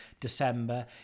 December